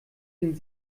den